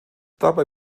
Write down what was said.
dabei